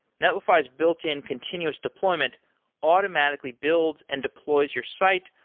netlify's built-in continuous deployment automatically builds and deploys your site,